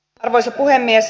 arvoisa puhemies